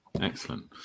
Excellent